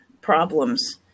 problems